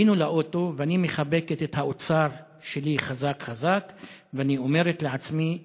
עלינו לאוטו ואני מחבקת את האוצר שלי חזק חזק ואומרת לעצמי: